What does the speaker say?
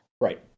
Right